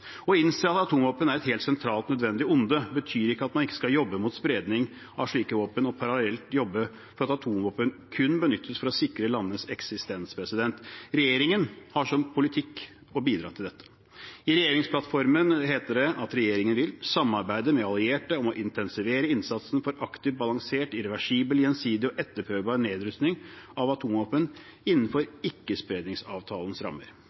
Å innse at atomvåpen er et helt sentralt nødvendig onde betyr ikke at man ikke skal jobbe mot spredning av slike våpen og parallelt jobbe for at atomvåpen kun benyttes for å sikre landenes eksistens. Regjeringen har som politikk å bidra til dette. I regjeringsplattformen heter det at regjeringen vil «Samarbeide med allierte om å intensivere innsatsen for aktiv, balansert, irreversibel, gjensidig og etterprøvbar nedrustning av atomvåpen innenfor ikkespredningsavtalens rammer.